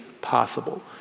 possible